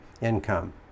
Income